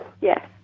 Yes